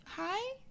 hi